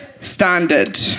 Standard